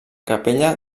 capella